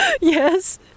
yes